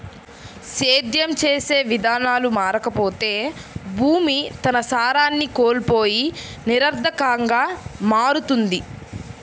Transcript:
సేద్యం చేసే విధానాలు మారకపోతే భూమి తన సారాన్ని కోల్పోయి నిరర్థకంగా మారుతుంది